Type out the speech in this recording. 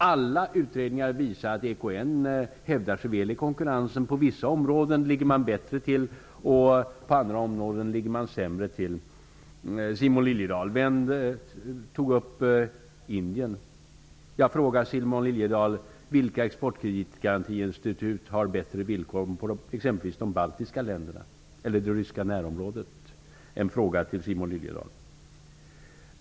Alla utredningar visar att EKN hävdar sig väl i konkurrensen. På vissa områden ligger man bättre till, och på andra områden ligger man sämre till. Simon Liliedahl tog upp Indien. Vilka exportkreditgarantiinstitut har bättre villkor när det gäller t.ex. de baltiska länderna eller det ryska närområdet? Det är en fråga till Simon Liliedahl.